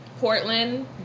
Portland